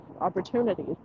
opportunities